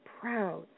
proud